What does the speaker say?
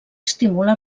estimula